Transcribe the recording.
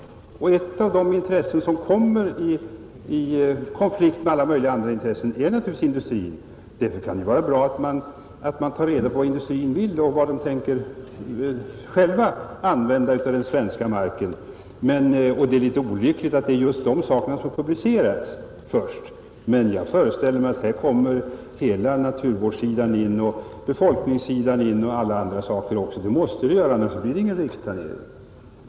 Ett av de intressen som kommer i konflikt med alla möjliga andra intressen är naturligtvis industrin, Därför kan det vara bra att ta reda på vad industrin vill och vad den själv tänker använda av den svenska marken, Det är olyckligt att det är just dessa saker som publiceras först. Jag föreställer mig att hela naturvårdssidan och befolkningssidan och alla andra intressen också kommer in här. Det måste det göra, annars blir det ingen riksplanering.